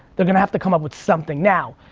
they're gonna have to come up with something now.